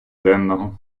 денного